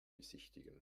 besichtigen